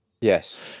Yes